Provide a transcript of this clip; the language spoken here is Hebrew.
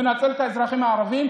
מנצל את האזרחים הערבים,